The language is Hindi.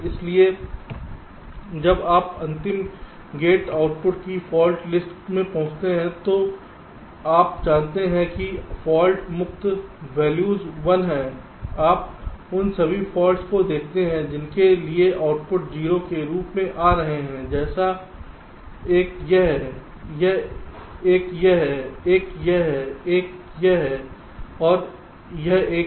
इसलिए जब आप अंतिम गेट आउटपुट की फाल्ट लिस्ट में पहुंचते हैं तो आप जानते हैं कि फाल्ट मुक्त वैल्यू 1 है आप उन सभी फॉल्ट्स को देखते हैं जिनके लिए आउटपुट 0 के रूप में आ रहा है जैसे एक यह है एक यह है एक है यह और यह एक है